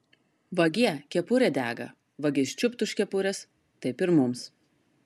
vagie kepurė dega vagis čiupt už kepurės taip ir mums